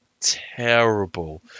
terrible